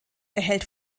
erhält